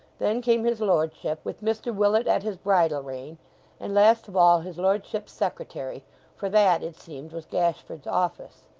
then came his lordship, with mr willet at his bridle rein and, last of all, his lordship's secretary for that, it seemed, was gashford's office.